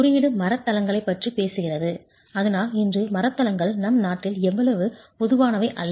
குறியீடு மரத் தளங்களைப் பற்றி பேசுகிறது ஆனால் இன்று மரத் தளங்கள் நம் நாட்டில் அவ்வளவு பொதுவானவை அல்ல